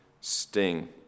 sting